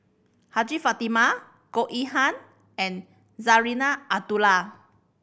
Hajjah Fatimah Goh Yihan and Zarinah Abdullah